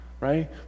right